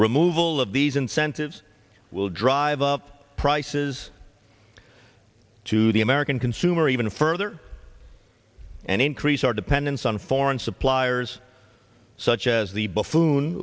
removal of these incentives will drive up prices to the american consumer even further and increase our dependence on foreign suppliers such as the buffoon